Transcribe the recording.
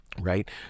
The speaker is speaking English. Right